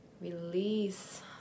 release